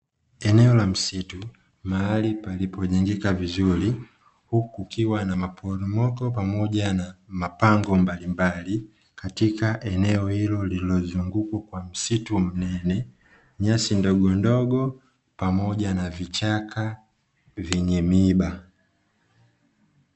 Eneo la msitu, mahali palipojengeka vizuri huku kukiwa na maporomoko pamoja na mapango mbalimbali katika eneo hilo lililozungukwa na msitu mnene, nyasi ndogondogo pamoja na vichaka vyenye miiba.